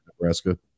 Nebraska